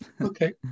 Okay